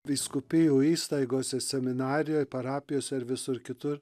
vyskupijų įstaigose seminarijoj parapijose ar visur kitur